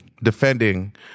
Defending